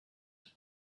the